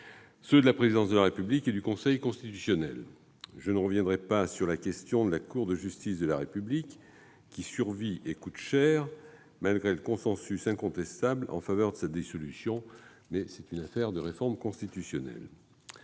de la présidence de la République et du Conseil constitutionnel. Je ne reviendrai pas sur la question de la Cour de justice de la République, qui survit et coûte cher, malgré le consensus incontestable en faveur de sa dissolution- cette question relève d'une réforme constitutionnelle.